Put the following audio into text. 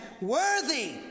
worthy